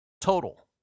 Total